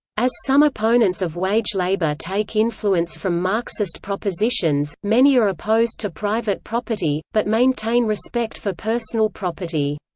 as some opponents of wage labour take influence from marxist propositions, many are opposed to private property, but maintain respect for personal property.